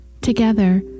together